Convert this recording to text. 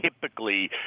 typically